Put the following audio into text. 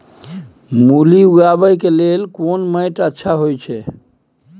मूली उगाबै के लेल कोन माटी अच्छा होय है?